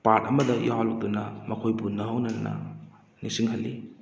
part ꯑꯃꯗ ꯌꯥꯎꯍꯜꯂꯗꯨꯅ ꯃꯈꯣꯏꯕꯨ ꯅꯧꯍꯧꯅꯅ ꯅꯤꯡꯁꯤꯡꯍꯜꯂꯤ